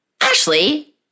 Ashley